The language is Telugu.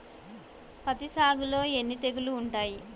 పత్తి సాగులో ఎన్ని తెగుళ్లు ఉంటాయి?